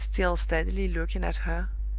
still steadily looking at her,